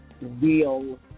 real